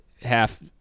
half